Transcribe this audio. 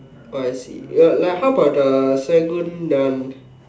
oh I see uh like how about the Serangoon that one